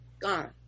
gone